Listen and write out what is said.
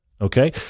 Okay